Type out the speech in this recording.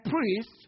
priests